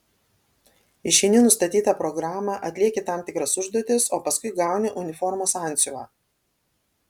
išeini nustatytą programą atlieki tam tikras užduotis o paskui gauni uniformos antsiuvą